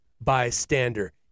bystander